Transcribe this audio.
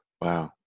Wow